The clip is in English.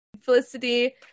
Felicity